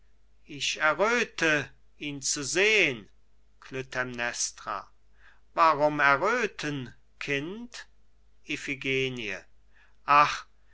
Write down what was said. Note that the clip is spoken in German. ich erröthe ihn zu sehn klytämnestra warum erröthen kind iphigenie ach